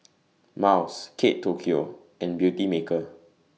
Miles Kate Tokyo and Beautymaker